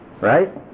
right